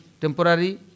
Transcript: temporary